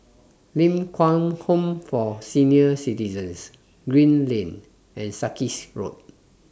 Ling Kwang Home For Senior Citizens Green Lane and Sarkies Road